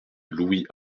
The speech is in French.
louis